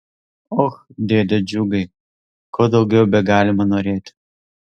och dėde džiugai ko daugiau begalima norėti